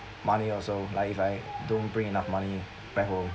money also like if I don't bring enough money back home